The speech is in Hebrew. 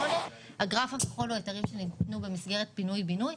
והגרף הכחול הוא היתרים שניתנו במסגרת פינוי בינוי.